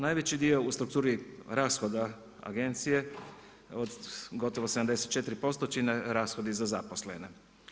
Najveći dio u strukturi rashoda agencije od gotovo 74% čine rashodi za zaposlene.